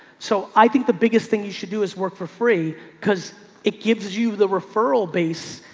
so i think the biggest thing you should do is work for free because it gives you the referral base.